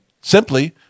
simply